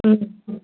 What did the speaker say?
ꯎꯝ